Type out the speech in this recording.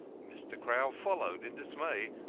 mr. crowl followed in dismay,